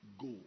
go